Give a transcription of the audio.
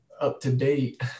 up-to-date